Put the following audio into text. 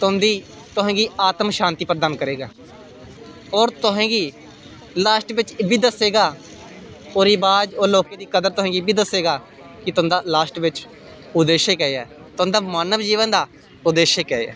तुंदी तुसें गी आत्मशांति प्रदान करग होर तुसें गी लास्ट च एह् बी दसग ओह् रिवाज लोकें दी कदर तुसें गी एह् बी दसग कि तुंदा लास्ट च उद्देश्य केह् ऐ तुंदे मानव जीवन दा उद्देश्य केह् ऐ